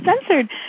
censored